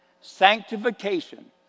Sanctification